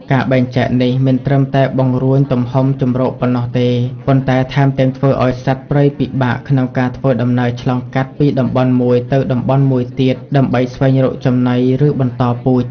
ការបែងចែកនេះមិនត្រឹមតែបង្រួញទំហំជម្រកប៉ុណ្ណោះទេ ប៉ុន្តែថែមទាំងធ្វើឲ្យសត្វព្រៃពិបាកក្នុងការធ្វើដំណើរឆ្លងកាត់ពីតំបន់មួយទៅតំបន់មួយទៀត ដើម្បីស្វែងរកចំណី ឬបន្តពូជ។